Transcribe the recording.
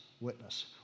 witness